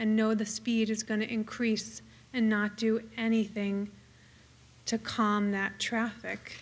and know the speed is going to increase and not do anything to calm that traffic